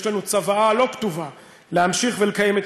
יש לנו צוואה לא כתובה להמשיך לקיים את